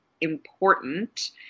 important